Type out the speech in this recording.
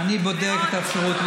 אני בודק את האפשרות.